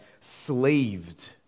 slaved